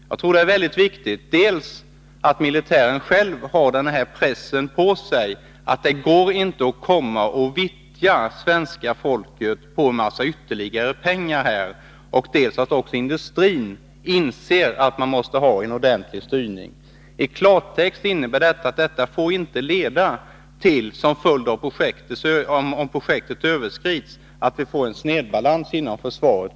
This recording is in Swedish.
Jag tror det är väldigt viktigt dels att militären själv har den här pressen på sig, att det inte går att komma och vittja svenska folket på ytterligare en massa pengar, dels att också industrin inser att man måste ha en ordentlig styrning. Detta innebär i klartext att det inte får bli så att det uppkommer en snedbalans inom försvaret, om kostnaderna för projektet överskrids.